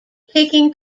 taking